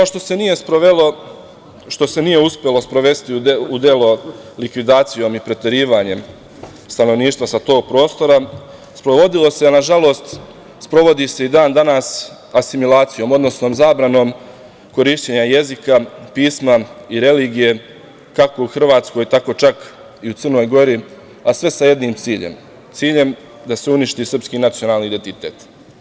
Ono što se nije sprovelo, što se nije uspelo sprovesti u delo likvidacijom i preterivanjem stanovništva sa tog prostora sprovodilo se, nažalost sprovodi se i dan danas asimilacijom, odnosno zabranom korišćenja jezika, pisma i religije kako u Hrvatskoj, tako čak i u Crnoj Gori, a sve sa jednim ciljem, ciljem da se uništi srpski nacionalni identitet.